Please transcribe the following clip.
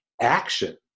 action